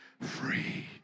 free